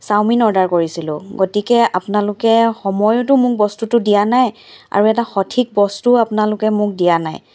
chowmein order কৰিছিলোঁ গতিকে আপোনালোকে সময়তো মোক বস্তুটো দিয়া নাই আৰু এটা সঠিক বস্তুও আপোনালোকে মোক দিয়া নাই